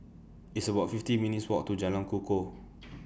It's about fifty minutes' Walk to Jalan Kukoh